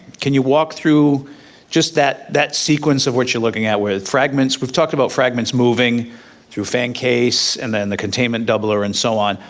can you walk through just that that sequence of what you're looking at with fragments, we've talked about fragments moving through a fan case, and then the containment doubler and so on,